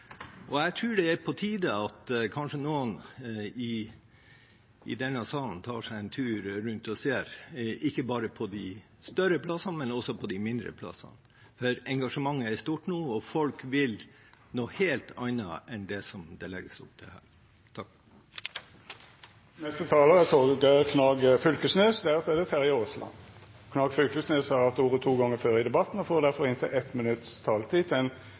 Jeg tror det er på tide at noen i denne salen kanskje tar seg en tur rundt og ser, ikke bare på de større plassene, men også på de mindre. Engasjementet er stort nå, og folk vil noe helt annet enn det som det legges opp til her. Representanten Torgeir Knag Fylkesnes har hatt ordet to gonger tidlegare og får ordet